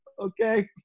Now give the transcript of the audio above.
Okay